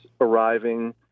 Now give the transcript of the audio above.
arriving